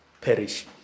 perish